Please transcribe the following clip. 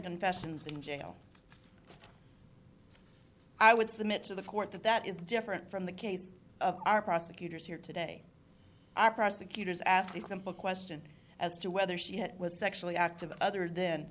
confessions in jail i would submit to the court that that is different from the case of our prosecutors here today prosecutors asked a simple question as to whether she had was sexually active other th